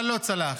אבל הוא לא צלח.